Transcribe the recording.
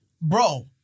Bro